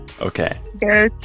Okay